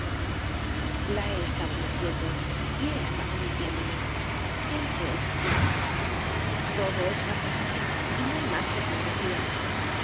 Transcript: la he estado mintiendo y he estado mintiéndome siempre es así todo es fantasía y no hay más que fantasía